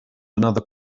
another